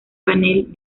panel